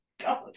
God